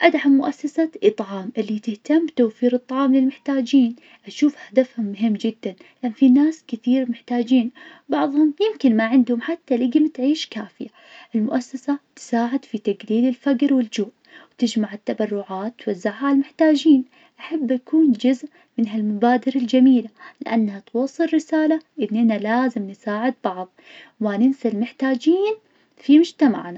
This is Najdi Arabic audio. أدعم مؤسسة إطعام, اللي تهتم بتوفير الطعام للمحتاجين, أشوف هدفهم مهم جداً, في ناس كتير محتاجين, بعضهم يمكن ما عندهم حتى لقمة عيش كافية, المؤسسة تساعد في تقليل الفقر والجوع, وتجمع التبرعات وتوزع عالمحتاجين, أحب أكون جزء من هالمبادرة الجميلة, لأنها توصل رسالة اننا لازم نساعد بعض, وما ننسى المحتاجين في مجتمعنا.